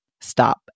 stop